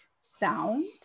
sound